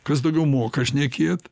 kas daugiau moka šnekėt